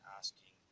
asking